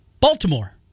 Baltimore